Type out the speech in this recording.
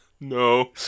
No